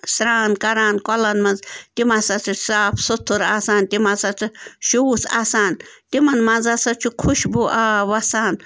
سرٛان کَران کۄلَن منٛز تِم ہَسا چھِ صاف سُتھُر آسان تِم ہَسا چھِ شوٗژ آسان تِمَن مَنٛز ہَسا چھُ خُشبوٗ آب وَسان